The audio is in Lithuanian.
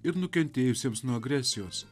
ir nukentėjusiems nuo agresijos